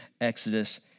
Exodus